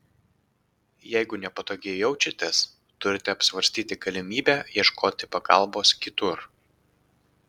jeigu nepatogiai jaučiatės turite apsvarstyti galimybę ieškoti pagalbos kitur